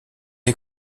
est